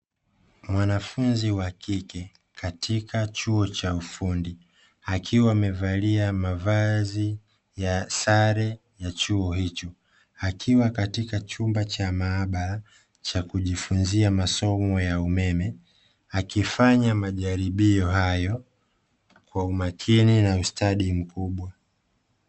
Mwanafunzi wa kike katika chuo cha ufundi, akiwa amevalia mavazi ya sare za chuo hicho. Akiwa katika chumba cha maabara cha kujifunzia masomo ya umeme, akifanya majaribio hayo kwa umakini na ustadi mkubwa.